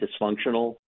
dysfunctional